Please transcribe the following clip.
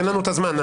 אין לנו זמן.